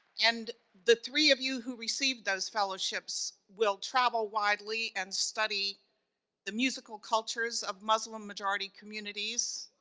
and the three of you who received those fellowships will travel widely and study the musical cultures of muslim-majority communities.